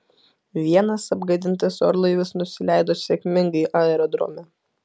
vienas apgadintas orlaivis nusileido sėkmingai aerodrome